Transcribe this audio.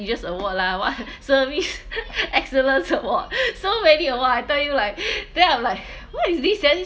award lah what service excellence award so many award I tell you like then I'm like what is this then